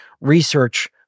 research